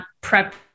prep